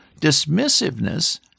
dismissiveness